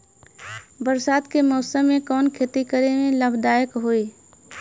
बरसात के मौसम में कवन खेती करे में लाभदायक होयी?